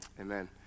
Amen